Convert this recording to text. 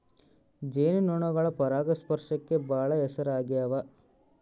ಜೇನು ನೊಣಗಳು ಪರಾಗಸ್ಪರ್ಶಕ್ಕ ಬಾಳ ಹೆಸರಾಗ್ಯವ